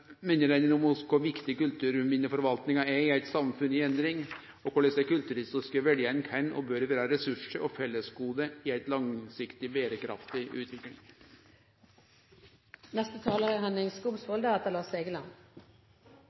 oss om kor viktig kulturminneforvaltinga er i eit samfunn i endring, og korleis dei kulturhistoriske verdiane kan og bør vere ressursar og fellesgode i ei langsiktig, berekraftig